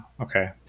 Okay